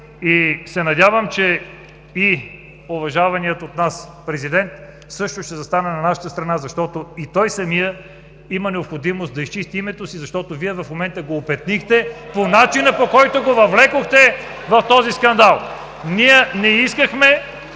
и се надявам, че и уважаваният от нас президент също ще застане на наша страна, защото той самият има необходимост да изчисти името си, защото в момента Вие го опетнихте, по начина, по който го въвлякохте в този скандал! (Силен шум